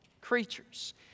creatures